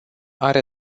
are